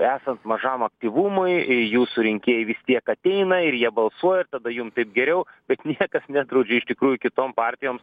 esant mažam aktyvumui jūsų rinkėjai vis tiek ateina ir jie balsuoja ir tada jum taip geriau bet niekas nedraudžia iš tikrųjų kitom partijom